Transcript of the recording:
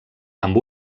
amb